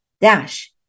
dash